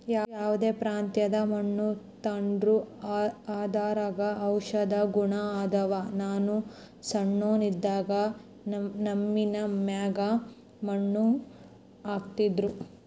ಯಾವ್ದೇ ಪ್ರಾಂತ್ಯದ ಮಣ್ಣು ತಾಂಡ್ರೂ ಅದರಾಗ ಔಷದ ಗುಣ ಅದಾವ, ನಾನು ಸಣ್ಣೋನ್ ಇದ್ದಾಗ ನವ್ವಿನ ಮ್ಯಾಗ ಮಣ್ಣು ಹಾಕ್ತಿದ್ರು